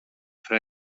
fra